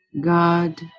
God